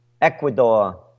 Ecuador